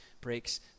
Breaks